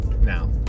now